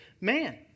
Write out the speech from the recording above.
man